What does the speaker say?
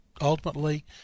ultimately